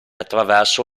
attraverso